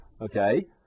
okay